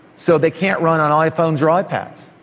so they can't run on iphones or ah ipads.